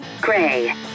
Gray